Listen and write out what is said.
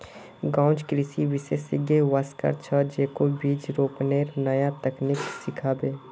गांउत कृषि विशेषज्ञ वस्वार छ, जेको बीज रोपनेर नया तकनीक सिखाबे